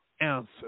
answer